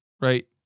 right